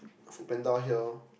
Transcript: FoodPanda here